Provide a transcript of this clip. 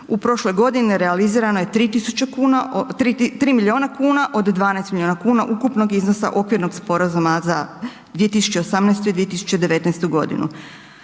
U prošloj godini realizirano je 3 milijuna kuna od 12 milijuna kuna ukupnog iznosa okvirnog sporazuma za 2018. i 2019. g.